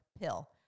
pill